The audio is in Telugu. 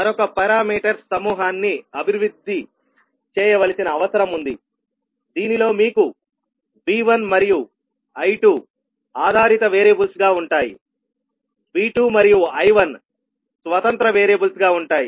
మరొక పారామీటర్స్ సమూహాన్ని అభివృద్ధి చేయవలసిన అవసరం ఉంది దీనిలో మీకు V1 మరియు I2 ఆధారిత వేరియబుల్స్ గా ఉంటాయిV2మరియు I1స్వతంత్ర వేరియబుల్స్ గా ఉంటాయి